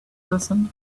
listen